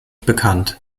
bekannt